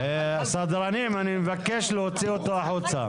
סדרנים, אני מבקש להוציא אותו החוצה.